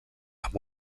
amb